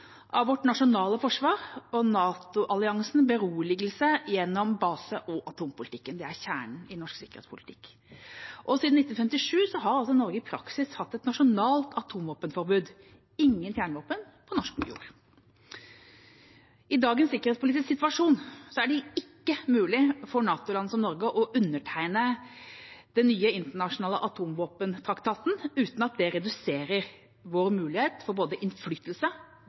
av vårt nasjonale forsvar og NATO-alliansen, beroligelse gjennom base- og atompolitikken – det er kjernen i norsk sikkerhetspolitikk. Siden 1957 har Norge i praksis hatt et nasjonalt atomvåpenforbud: Ingen kjernevåpen på norsk jord. I dagens sikkerhetspolitiske situasjon er det ikke mulig for NATO-land som Norge å undertegne den nye internasjonale atomvåpentraktaten uten at det reduserer vår mulighet for både innflytelse